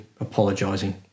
apologising